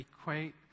equate